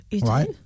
right